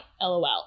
lol